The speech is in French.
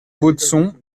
baudson